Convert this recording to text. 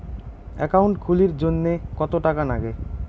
Account খুলির জন্যে কত টাকা নাগে?